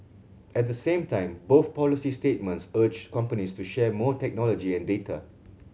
at the same time both policy statements urged companies to share more technology and data